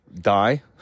die